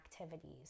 activities